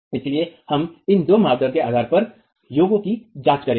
इसलिए हम इन दो मानदंडों के आधार पर योगों की जांच करेंगे